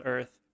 Earth